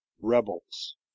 rebels